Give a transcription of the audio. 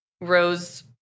Rose